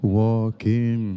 walking